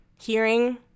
hearing